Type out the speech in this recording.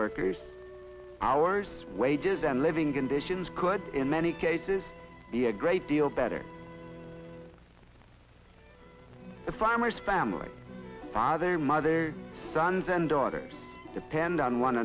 workers hours wages and living conditions could in many cases be a great deal better a farmer's family father mother sons and daughters depend on one